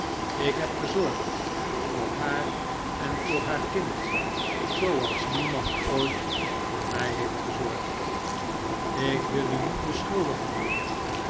ik heb gezorgd voor haar en voor haar kind zooals niemand ooit voor mij heeft gezorgd ik wil u niet beschuldigen mijnheer